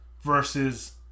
Versus